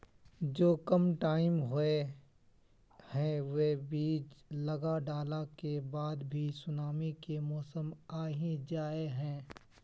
जो कम टाइम होये है वो बीज लगा डाला के बाद भी सुनामी के मौसम आ ही जाय है?